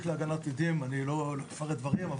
אני לא אפרט פה דברים,